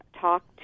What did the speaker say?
talk